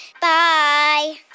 Bye